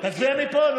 נו, תצביע מפה.